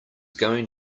going